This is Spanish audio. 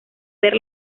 ver